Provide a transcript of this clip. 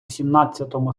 сімнадцятому